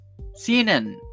CNN